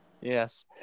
Yes